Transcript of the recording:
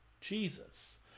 Jesus